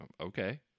okay